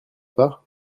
pas